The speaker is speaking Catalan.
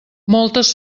moltes